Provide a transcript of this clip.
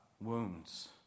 wounds